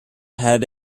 had